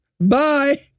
Bye